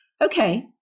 Okay